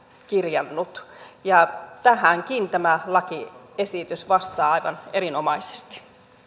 kirjannut tähänkin tämä lakiesitys vastaa aivan erinomaisesti